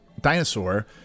Dinosaur